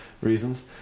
reasons